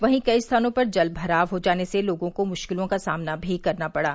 वहीं कई स्थानों पर जलभराव हो जाने से लोगों को मुश्किलों का सामना भी करना पड़ा